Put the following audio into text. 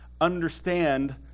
understand